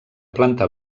planta